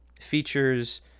features